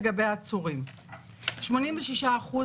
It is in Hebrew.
עצורים עד תום הליכים ממצאים).